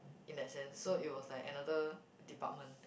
in that sense so it was like another department